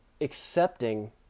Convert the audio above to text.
accepting